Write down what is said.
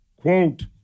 quote